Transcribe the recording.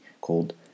called